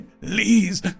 Please